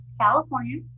California